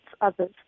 others